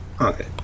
Okay